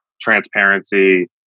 transparency